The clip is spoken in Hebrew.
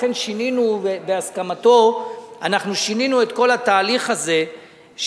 לכן בהסכמתו אנחנו שינינו את כל התהליך הזה,